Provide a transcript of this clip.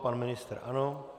Pan ministr ano.